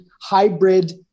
hybrid